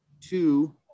Two